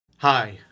Hi